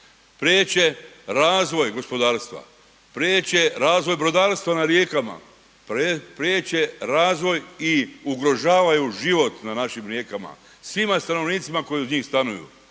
priječe razvoj gospodarstva, priječe razvoj brodarstva na rijekama, priječe razvoj i ugrožavaju život na našim rijekama, svima stanovnicima koji uz njih stanuju.